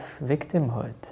victimhood